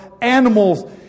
animals